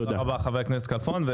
תודה רבה חבר הכנסת כלפון.